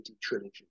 trilogy